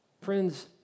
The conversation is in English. Friends